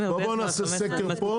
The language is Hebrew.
בוא נעשה סקר פה,